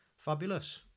Fabulous